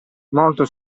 molto